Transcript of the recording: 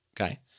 Okay